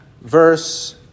verse